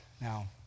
Now